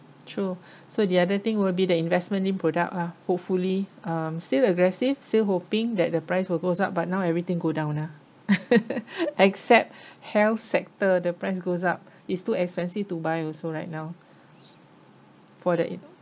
true so the other thing will be the investment-linked product ah hopefully um still aggressive still hoping that the price will goes up but now everything go down lah except health sector the price goes up it's too expensive to buy also right now for that it